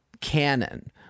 canon